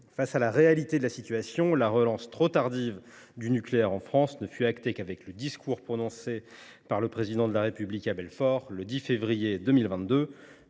Face à la réalité, la relance – trop tardive – du nucléaire en France ne fut actée qu’à la suite du discours prononcé par le Président de la République à Belfort le 10 février 2022.